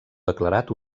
declarat